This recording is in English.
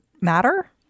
matter